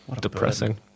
depressing